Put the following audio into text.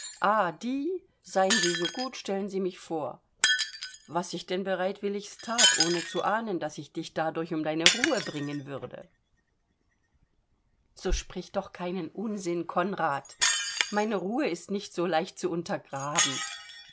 die seien sie so gut stellen sie mich vor was ich denn bereitwilligst that ohne zu ahnen daß ich dich dadurch um deine ruhe bringen würde so sprich doch keinen unsinn konrad meine ruhe ist nicht so leicht zu untergraben